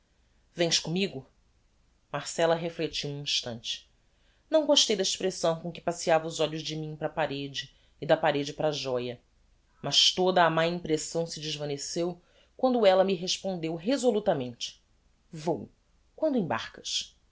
vens commigo marcella reflectiu um instante não gostei da expressão com que passeava os olhos de mim para a parede e da parede para a joia mas toda a má impressão se desvaneceu quando ella me respondeu resolutamente vou quando embarcas